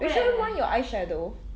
Rachel Roy 有 eyeshadow